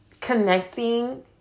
connecting